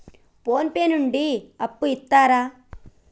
Phone pay నుండి అప్పు ఇత్తరా?